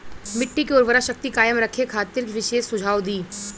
मिट्टी के उर्वरा शक्ति कायम रखे खातिर विशेष सुझाव दी?